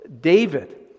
David